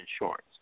insurance